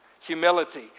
Humility